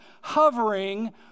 hovering